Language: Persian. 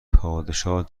پادشاه